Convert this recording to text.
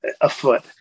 afoot